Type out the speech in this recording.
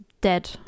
dead